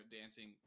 dancing